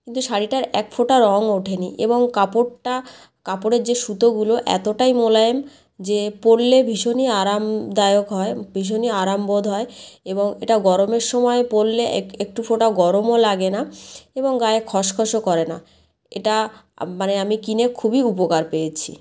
কিন্তু শাড়িটার একফোঁটা রং ওঠেনি এবং কাপড়টা কাপড়ের যে সুতোগুলো এতটাই মোলায়েম যে পরলে ভীষণই আরামদায়ক হয় ভীষণই আরামবোধ হয় এবং এটা গরমের সময় পরলে এক একটু ফোঁটা গরমও লাগে না এবং গায়ে খসখসও করে না এটা মানে আমি কিনে খুবই উপকার পেয়েছি